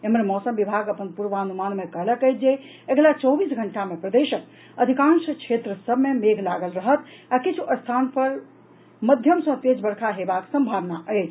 एम्हर मौसम विभाग अपने पूर्वानुमान मे कहलक अछि जे अगिला चौबीस घंटा मे प्रदेशक अधिकांश क्षेत्र सभ मे मेघ लागल रहत आ किछु स्थान सभ पर मध्यम सँ तेज वर्षा हेबाक सम्भावना अछि